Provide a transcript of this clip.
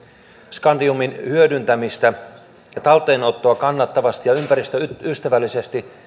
skandiumin hyödyntämistä ja talteenottoa kannattavasti ja ympäristöystävällisesti